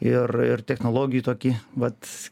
ir ir technologijų tokį vat